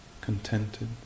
Contented